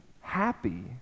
Happy